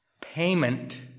payment